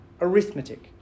arithmetic